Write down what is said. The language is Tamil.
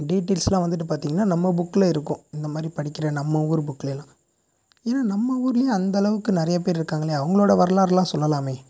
டீட்டெயல்ஸ்லாம் வந்துட்டு பார்த்திங்கனா நம்ம புக்கில் இருக்கும் இந்த மாதிரி படிக்கிற நம்ம ஊர் புக்கில் எல்லாம் ஏனால் நம்ம ஊர்லேயே அந்தளவுக்கு நிறைய பேர் இருக்காங்களே அவங்களோட வரலாறெலாம் சொல்லலாமே